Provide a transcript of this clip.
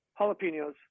jalapenos